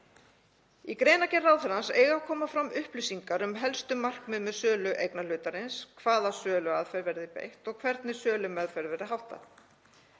Í greinargerð ráðherrans eiga að koma fram upplýsingar um helstu markmið með sölu eignarhlutarins, hvaða söluaðferð verði beitt og hvernig sölumeðferð verði háttað.